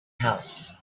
house